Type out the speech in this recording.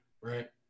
right